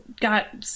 got